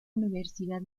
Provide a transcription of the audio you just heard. universidad